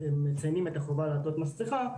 שהם מציינים את החובה לעטות מסכה,